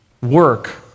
work